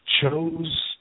chose